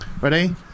Ready